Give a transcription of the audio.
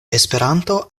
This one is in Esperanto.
esperanto